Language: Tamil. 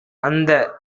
அந்த